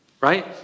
Right